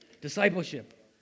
Discipleship